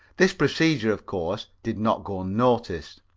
this procedure, of course, did not go unnoticed.